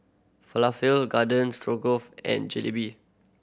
Falafel Garden Stroganoff and Jalebi